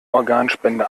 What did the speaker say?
organspende